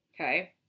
Okay